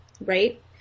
right